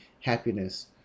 happiness